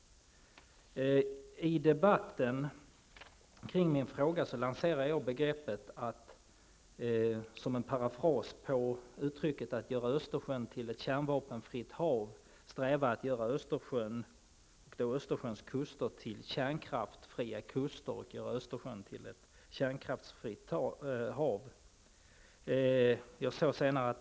I debatten kring min fråga lanserade jag, som en parafras på uttrycket att göra Östersjön till ett kärnvapenfritt hav, begreppet att vi skall sträva efter att göra Östersjöns kuster till kärnkraftsfria kuster och Östersjön till ett kärnkraftsfritt hav.